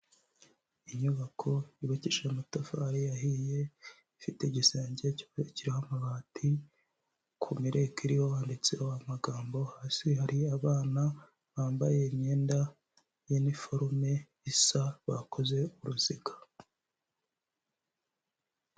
Inyubako yubakishije amatafari yahiye ifite igisenge cy'ubururu kiriho amabati, ku mireko iriho handitseho amagambo, hasi hari abana bambaye imyenda y'iniforume isa, bakoze uruziga.